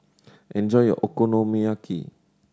enjoy your Okonomiyaki